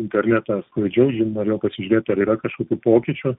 internetą sklaidžiau ir norėjau pasižiūrėt ar yra kažkokių pokyčių